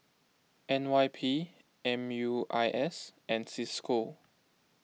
N Y P M U I S and Cisco